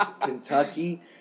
Kentucky